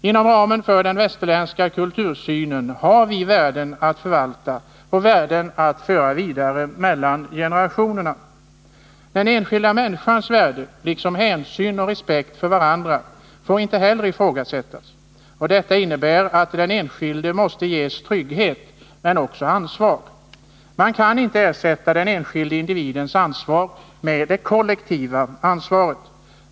Inom ramen för den västerländska kultursynen har vi värden att förvalta och föra vidare mellan generationerna. Den enskilda människans värde liksom hänsyn och respekt för varandra får inte heller ifrågasättas. Detta innebär att den enskilde måste ges trygghet men också ansvar. Man kan inte ersätta den enskilde individens ansvar med det kollektiva ansvaret.